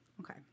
Okay